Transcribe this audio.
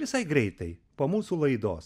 visai greitai po mūsų laidos